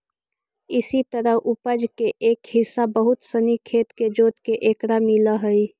इसी तरह उपज के एक हिस्सा बहुत सनी खेत के जोतके एकरा मिलऽ हइ